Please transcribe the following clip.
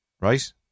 Right